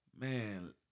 man